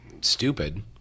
stupid